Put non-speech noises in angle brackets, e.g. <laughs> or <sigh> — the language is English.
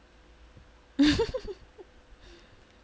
<laughs>